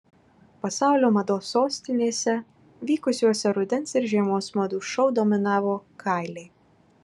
pasaulio mados sostinėse vykusiuose rudens ir žiemos madų šou dominavo kailiai